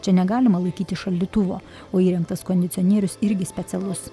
čia negalima laikyti šaldytuvo o įrengtas kondicionierius irgi specialus